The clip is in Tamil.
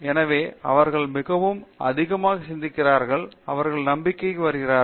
எனவே அவர்கள் மிகவும் அதிகமாக சிந்தித்கிறார்கள் அவர்கள் நம்பிக்கைக்கு வருகிறார்கள்